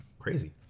crazy